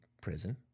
prison